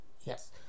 yes